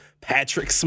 Patrick